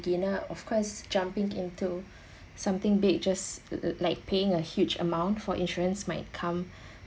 again uh of course jumping into something big just like paying a huge amount for insurance might come